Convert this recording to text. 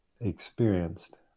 experienced